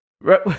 Right